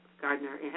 Gardner